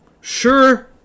Sure